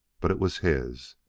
but it was his.